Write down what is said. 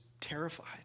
terrified